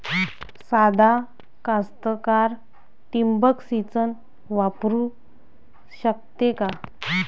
सादा कास्तकार ठिंबक सिंचन वापरू शकते का?